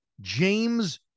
James